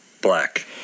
black